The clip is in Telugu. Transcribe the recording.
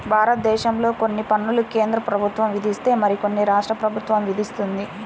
భారతదేశంలో కొన్ని పన్నులు కేంద్ర ప్రభుత్వం విధిస్తే మరికొన్ని రాష్ట్ర ప్రభుత్వం విధిస్తుంది